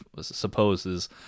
supposes